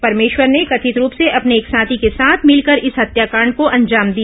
परमेश्वर ने कथित रूप से अपने एक सार्थी के साथ मिलकर इस हत्याकांड को अंजाम दिया